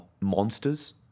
monsters